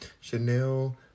Chanel